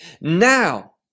Now